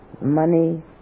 money